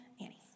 Annie